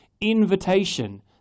invitation